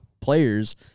players